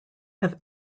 have